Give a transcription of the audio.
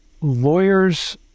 lawyers